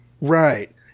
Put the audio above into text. Right